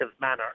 manner